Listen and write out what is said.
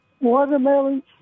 watermelons